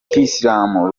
kiyisilamu